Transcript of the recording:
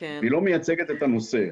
היא לא מייצגת את הנושא.